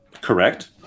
Correct